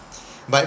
but